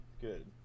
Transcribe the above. good